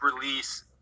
release